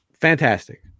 Fantastic